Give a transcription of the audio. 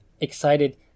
excited